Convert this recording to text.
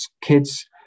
kids